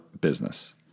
business